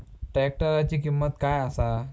ट्रॅक्टराची किंमत काय आसा?